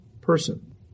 person